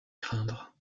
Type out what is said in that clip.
craindre